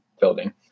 building